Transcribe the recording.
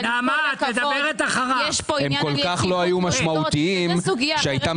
אבל עם כל הכבוד -- הם כל כך לא משמעותיים שהייתה